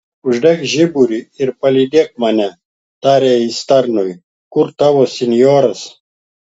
uždek žiburį ir palydėk mane tarė jis tarnui kur tavo senjoras